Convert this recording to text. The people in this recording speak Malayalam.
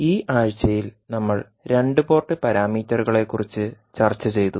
ഈ ആഴ്ചയിൽ നമ്മൾ രണ്ട് പോർട്ട് പാരാമീറ്ററുകളെക്കുറിച്ച് ചർച്ച ചെയ്തു